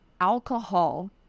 alcohol